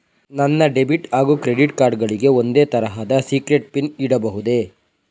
ನನ್ನ ಡೆಬಿಟ್ ಹಾಗೂ credit card ಗಳಿಗೆ ಒಂದೇ ತರಹದ ಸೀಕ್ರೇಟ್ ಪಿನ್ ಇಡಬಹುದೇ?